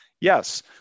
Yes